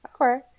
Okay